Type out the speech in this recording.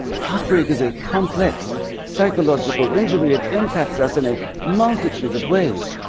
heartbreak is a complex psychological injury. it impacts us in a multitude of ways.